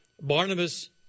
Barnabas